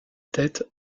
tête